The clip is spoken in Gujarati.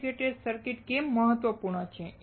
ઇન્ટિગ્રેટેડ સર્કિટ કેમ મહત્વપૂર્ણ છે